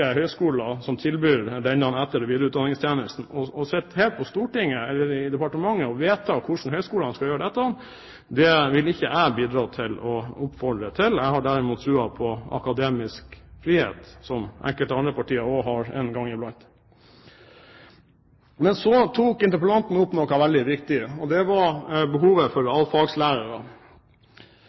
som tilbyr denne etter- og videreutdanningstjenesten. Å sitte her på Stortinget eller i departementet og vedta hvordan høyskolene skal gjøre dette, vil ikke jeg bidra til å oppfordre til. Jeg har derimot tro på akademisk frihet, som enkelte andre partier også har en gang i blant. Så tok interpellanten opp noe veldig viktig, og det var behovet for